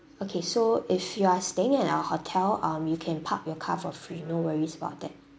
okay so if you are staying at our hotel um you can park your car for free no worries about that